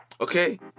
okay